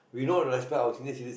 we don't respect our senior citizen